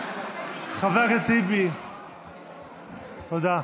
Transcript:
חבר הכנסת טיבי, תודה.